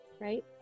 right